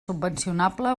subvencionable